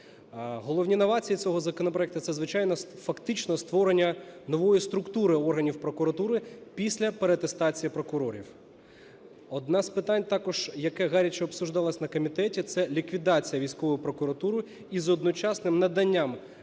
Головні новації цього законопроекту це звичайно фактично створення нової структури органів прокуратури після переатестації прокурорів. Одне з питань також, яке гаряче обговорювалося на комітеті, це ліквідація військової прокуратури з одночасним наданням